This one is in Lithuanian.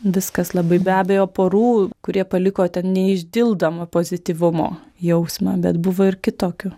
viskas labai be abejo porų kurie paliko neišdildomą pozityvumo jausmą bet buvo ir kitokių